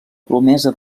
promesa